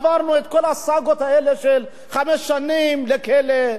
עברנו את כל הסאגות האלה של חמש שנים לכלא.